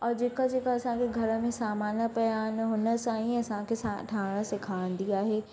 और जेका जेका असांजे घर में सामान पिया आहिनि हुन सां ई असांखे साण ठाहिण सेखारींदी आहे